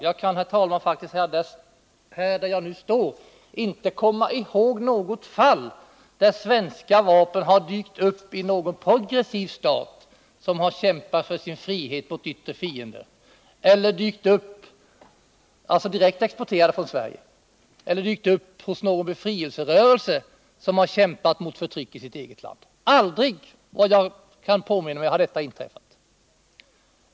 Jag kan, herr talman, faktiskt inte komma ihåg något fall där svenska vapen, direkt exporterade från Sverige, har dykt upp i någon progressiv stat som har kämpat för sin frihet mot yttre fiender eller hos någon befrielserörelse som har kämpat mot förtryck i sitt eget land. Vad jag kan påminna mig har något sådant aldrig inträffat.